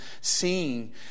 seeing